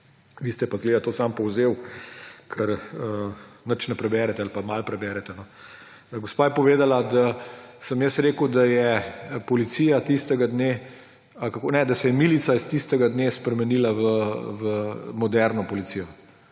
vi ste pa zgleda to samo povzeli, ker nič ne preberete ali pa malo preberete. Gospa je povedala, da sem jaz rekel, da se je milica iz tistega dne spremenila v moderno policijo.